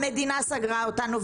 המדינה סגרה אותנו,